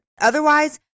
Otherwise